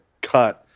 cut